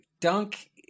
Dunk